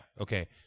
okay